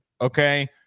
okay